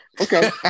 Okay